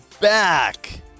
back